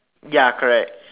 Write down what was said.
ya correct